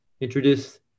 introduce